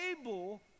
able